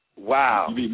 Wow